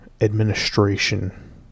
administration